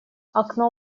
окно